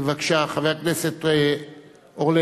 בבקשה, חבר הכנסת אורלב.